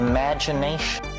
Imagination